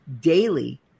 daily